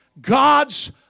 God's